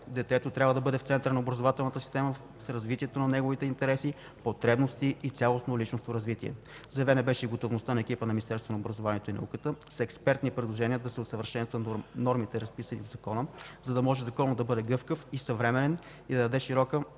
детето трябва да бъде в центъра на образователната система с развитието на неговите интереси, потребности и цялостно личностно развитие. Заявена беше и готовността на екипа на Министерството на образованието и науката с експертни предложения да усъвършенства нормите, разписани в Закона, за да може Законът да бъде гъвкав и съвременен и да даде широтата